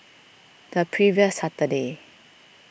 the previous Saturday